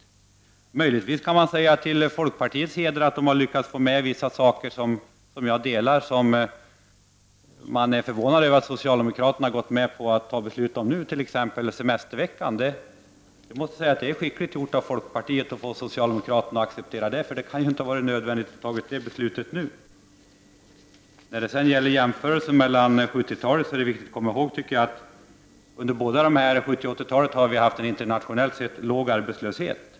Naturligtvis kan man säga till folkpartiets heder att folkpartiet har lyckats få med vissa saker där jag delar folkpartiets uppfattning men som man är förvånad över att socialdemokraterna har gått med på att fatta beslut om nu, t.ex. semesterveckan. Jag måste säga att det är skickligt gjort av folkpartiet att få socialdemokraterna att acceptera detta, för det kan inte ha varit nödvändigt att fatta beslut om det nu. När man gör jämförelser med 70-talet är det viktigt att komma ihåg att vi under 70-talet och 80-talet har haft en internationellt sett låg arbetslöshet.